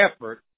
effort